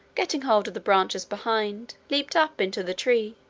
getting hold of the branches behind, leaped up into the tree,